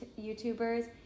youtubers